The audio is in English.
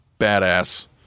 badass